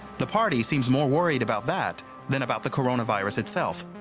the party seems more worried about that than about the coronavirus itself.